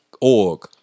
org